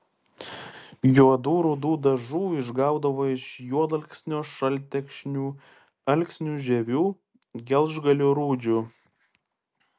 juodų rudų dažų išgaudavo iš juodalksnio šaltekšnių alksnių žievių gelžgalių rūdžių